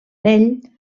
ell